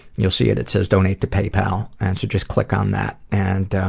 you'll see it, it says donate to paypal. and so just click on that. and